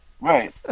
right